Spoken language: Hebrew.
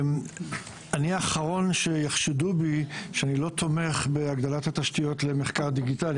אני האחרון שיחשדו בי שאני לא תומך בהגדלת התשתיות למחקר דיגיטלי,